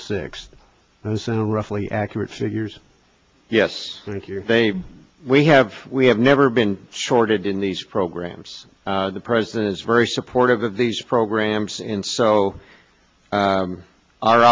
six the same roughly accurate figures yes thank you they we have we have never been shorted in these programs the president is very supportive of these programs and so our ou